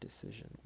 decision